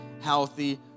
healthy